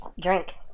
drink